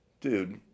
dude